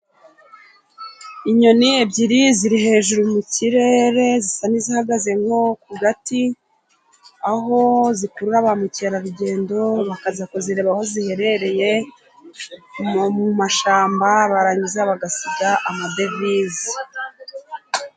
Inyoni ebyiri ziri hejuru mu kirere, zisa n'izihagaze nko ku gati, aho zikurura ba mukerarugendo, bakaza kuzireba aho ziherereye, mu mashyamba, barangiza bagasiga amadevize.